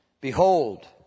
Behold